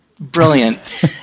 brilliant